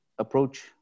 approach